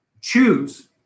choose